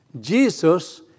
Jesus